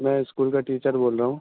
میں اسکول کا ٹیچر بول رہا ہوں